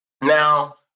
Now